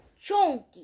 chunky